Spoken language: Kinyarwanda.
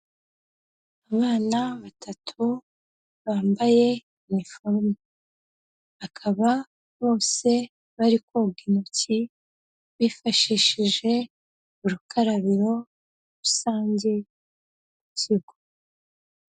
Abana batatu bambaye iniforume, bakaba bose bari koga intoki bifashishije urukarabiro rusange ikigo.